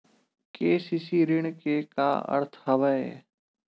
KCC ऋण के का अर्थ हवय?